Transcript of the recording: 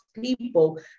people